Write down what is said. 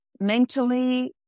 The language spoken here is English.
mentally